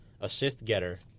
assist-getter